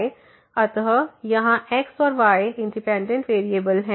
अत यहाँ x और y इंडिपेंडेंट वेरिएबल हैं